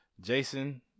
Jason